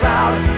out